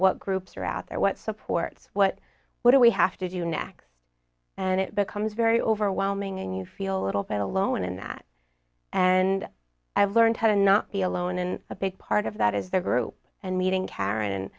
what groups are out there what supports what would we have to do next and it becomes very overwhelming and you feel a little bit alone in that and i've learned how to not be alone in a big part of that is the group and meeting karen